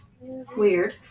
Weird